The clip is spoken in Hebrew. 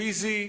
פיזית,